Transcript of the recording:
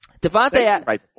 Devontae